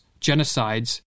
genocides